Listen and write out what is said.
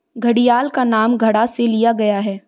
घड़ियाल का नाम घड़ा से लिया गया है